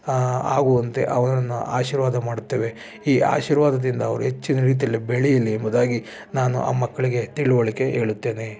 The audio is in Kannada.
ಆಗುವಂತೆ ಅವ್ರನ್ನು ಆಶಿರ್ವಾದ ಮಾಡುತ್ತೇವೆ ಈ ಆಶಿರ್ವಾದದಿಂದ ಅವರು ಹೆಚ್ಚಿನ ರೀತಿಯಲ್ಲಿ ಬೆಳೀಲಿ ಎಂಬುದಾಗಿ ನಾನು ಆ ಮಕ್ಕಳಿಗೆ ತಿಳುವಳಿಕೆ ಹೇಳುತ್ತೇನೆ